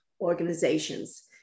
organizations